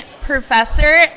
professor